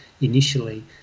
initially